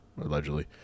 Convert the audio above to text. allegedly